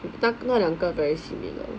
那那两个 very similar